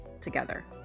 together